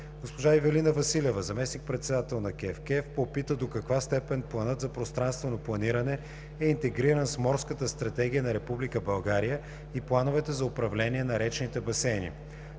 Госпожа Ивелина Василева – заместник-председател на КЕВКЕФ, попита до каква степен планът за пространствено планиране е интегриран с Морската стратегия на Република България и Плановете за управление на речните басейни.